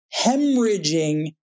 hemorrhaging